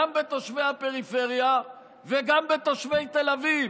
גם בתושבי הפריפריה וגם בתושבי תל אביב.